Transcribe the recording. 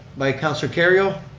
by councilor kerrio.